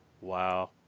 Wow